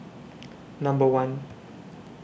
Number one